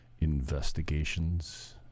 investigations